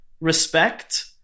Respect